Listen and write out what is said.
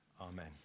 Amen